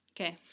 okay